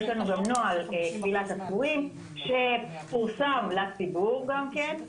יש לנו גם נוהל כבילת עצורים שפורסם לציבור גם כן.